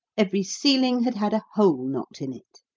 every ceiling had had a hole knocked in it.